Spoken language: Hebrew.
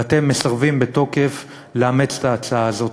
ואתם מסרבים בתוקף לאמץ את ההצעה הזאת.